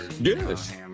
Yes